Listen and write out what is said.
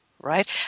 right